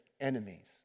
enemies